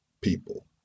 people